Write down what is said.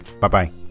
Bye-bye